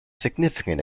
significant